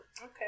okay